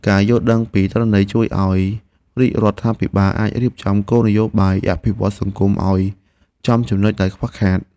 ការយល់ដឹងពីទិន្នន័យជួយឱ្យរាជរដ្ឋាភិបាលអាចរៀបចំគោលនយោបាយអភិវឌ្ឍន៍សង្គមឱ្យចំចំណុចដែលខ្វះខាត។